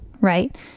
Right